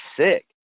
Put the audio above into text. sick